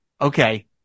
okay